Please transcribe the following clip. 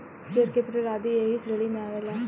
share capital आदी ऐही श्रेणी में आवेला